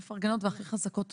הכי מפרגנות והכי חזקות.